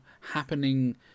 happening